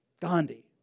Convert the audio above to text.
Gandhi